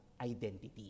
identity